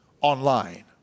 online